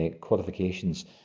qualifications